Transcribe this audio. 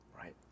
right